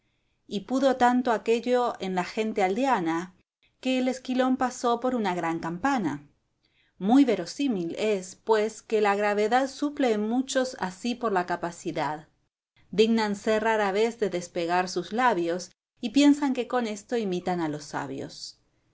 y pudo tanto aquello en la gente aldeana que el esquilón pasó por una gran campana muy verosímil es pues que la gravedad suple en muchos así por la capacidad dígnanse rara vez de despegar sus labios y piensan que con esto imitan a los sabios